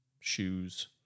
shoes